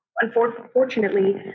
Unfortunately